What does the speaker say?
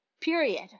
period